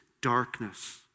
darkness